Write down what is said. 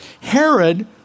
Herod